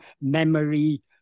memory